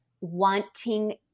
wanting